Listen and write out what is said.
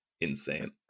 insane